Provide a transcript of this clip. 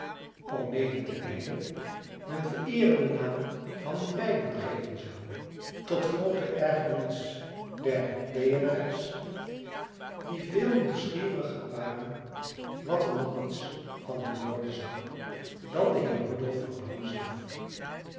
almede te leiden den vereerenden naam van dweilen geven zou tot groote ergenis der deënaars die veel nieuwsgieriger waren wat er nog eens van hem worden zou dan de heer rudolf van brammen zelf